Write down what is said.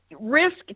risk